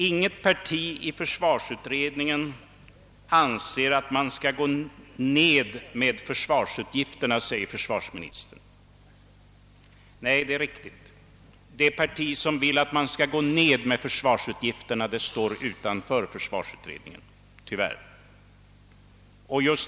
Inget parti i försvarsutredningen anser att man skall minska försvarsutgifterna, säger försvarsministern. Nej, det är riktigt. Det parti som vill att man skall minska försvarsutgifterna står tyvärr utanför försvarsutredningen.